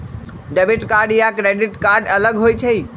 Debit card या credit card अलग होईछ ई?